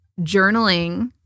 Journaling